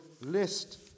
list